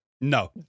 No